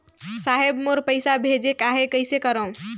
साहेब मोर पइसा भेजेक आहे, कइसे करो?